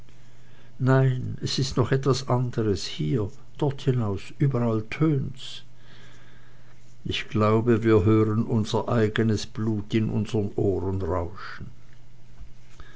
nein es ist noch etwas anderes hier dort hinaus überall tönt's ich glaube wir hören unser eigenes blut in unsern ohren rauschen